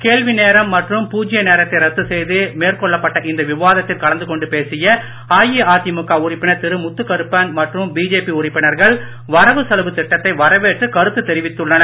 கேள்வி நேரம் மற்றும் பூஜ்ய நேரத்தை ரத்து செய்து மேற்கொள்ளப்பட்ட இந்த விவாதத்தில் கலந்து கொண்டு பேசிய அஇஅதிமுக உறுப்பினர் திரு முத்துக்கருப்பண் மற்றும் பிஜேபி உறுப்பினர்கள் வரவு செலவு திட்டத்தை வரவேற்று கருத்து தெரிவித்தனர்